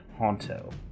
Honto